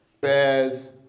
bears